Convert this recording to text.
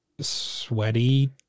sweaty